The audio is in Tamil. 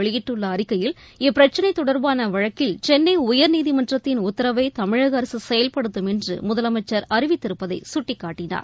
வெளியிட்டுள்ள அறிக்கையில் இப்பிரச்சினைதொடர்பானவழக்கில் தொடர்பாக இன்றுஅவர் இது சென்னைஉயா்நீதிமன்றத்தின் உத்தரவைதமிழகஅரசுசெயல்படுத்தும் என்றுமுதலமைச்சர் அறிவித்திருப்பதைசுட்டிக்காட்டினார்